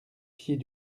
pieds